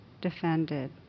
defended